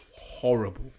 Horrible